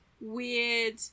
weird